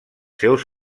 seus